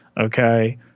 Okay